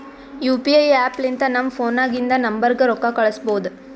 you P I app ಲಿಂತ ನಮ್ ಫೋನ್ನಾಗಿಂದ ನಂಬರ್ಗ ರೊಕ್ಕಾ ಕಳುಸ್ಬೋದ್